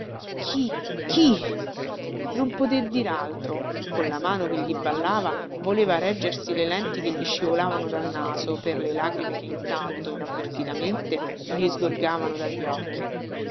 chi non poté dir altro con la mano che gli ballava voleva reggersi le lenti che gli scivolavano dal naso per le lagrime che intanto inavvertitamente gli sgorgavano dagli occhi